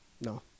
No